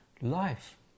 life